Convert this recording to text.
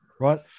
right